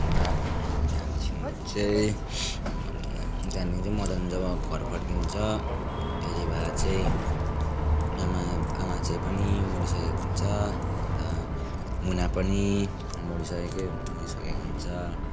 अन्त त्यहाँदेखिको चाहिँ त्यहाँदेखि चाहिँ मदन जब घर फर्किन्छ त्यति बेला चाहिँ आमा आमा चाहिँ पनि मरिसकेको हुन्छ अन्त मुना पनि मरिसकेकै मरिसकेको हुन्छ